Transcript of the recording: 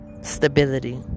stability